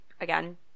again